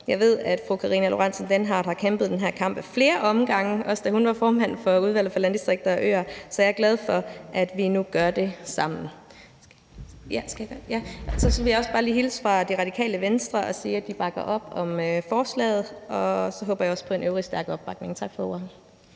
Jeg ved, at fru Karina Lorentzen Dehnhardt har kæmpet den her kamp ad flere omgange, også da hun var formand for Udvalget for Landdistrikter og Øer, og jeg er glad for, at vi nu gør det sammen. Så vil jeg også bare lige hilse fra Radikale Venstre og sige, at de bakker op om forslaget, og jeg håber også på en stærk opbakning fra de